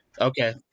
Okay